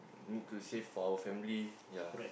we need to save for our family ya